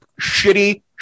shitty